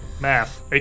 Math